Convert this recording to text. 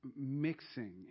mixing